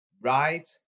Right